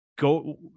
go